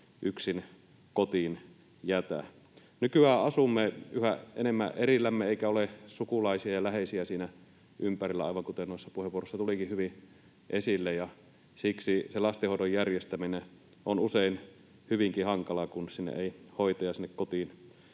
yksin kotiin jätä. Nykyään asumme yhä enemmän erillämme eikä ole sukulaisia ja läheisiä siinä ympärillä, aivan kuten noissa puheenvuoroissa tulikin hyvin esille, ja siksi se lastenhoidon järjestäminen on usein hyvinkin hankalaa, kun sinne kotiin